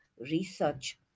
Research